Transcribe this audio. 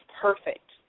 perfect